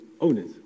owners